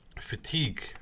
fatigue